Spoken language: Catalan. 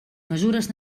mesures